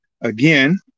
again